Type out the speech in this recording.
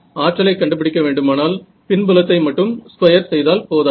ஆற்றலை கண்டுபிடிக்க வேண்டுமானால் பின்புலத்தை மட்டும் ஸ்கொயர் செய்தால் போதாது